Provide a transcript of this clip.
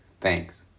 Thanks